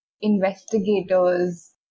investigators